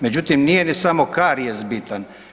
Međutim nije ni samo karijes bitan.